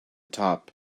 top